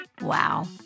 wow